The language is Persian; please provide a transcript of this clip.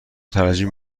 ترجیح